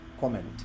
comment